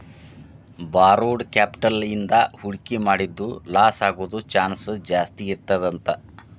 borrowed capital ಇಂದಾ ಹೂಡ್ಕಿ ಮಾಡಿದ್ದು ಲಾಸಾಗೊದ್ ಚಾನ್ಸ್ ಜಾಸ್ತೇಇರ್ತದಂತ